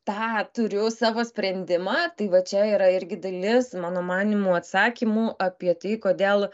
tą turiu savo sprendimą tai va čia yra irgi dalis mano manymu atsakymų apie tai kodėl